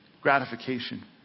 gratification